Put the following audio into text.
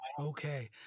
Okay